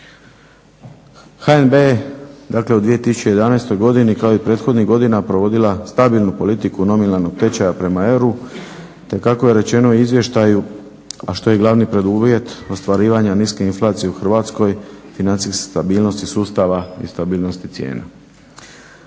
u 2011. godini kao i prethodnih godina predvodila stabilnu politiku nominalnog tečaja prema euru te kako je rečeno u izvještaju, a što je i glavni preduvjet ostvarivanja niske inflacije u Hrvatskoj financijske stabilnosti sustava i stabilnosti cijena.